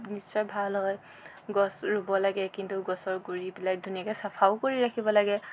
নিশ্চয় ভাল হয় গছ ৰুব লাগে কিন্তু গছৰ গুৰিবিলাক ধুনীয়াকৈ চফাও কৰি ৰাখিব লাগে